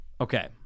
Okay